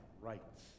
rights